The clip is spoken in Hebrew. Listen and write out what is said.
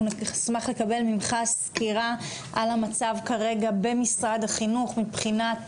אנחנו נשמח לקבל ממך סקירה על המצב כרגע במשרד החינוך מבחינת